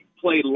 played